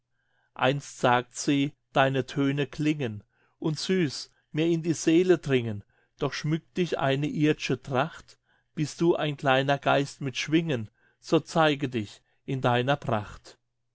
einst sagt sie deine töne klingen und süß mir in die seele dringen doch schmückt dich eine ird'sche tracht bist du ein kleiner geist mit schwingen so zeige dich in deiner pracht